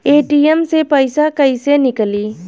ATM से पइसा कइसे निकली?